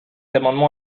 amendement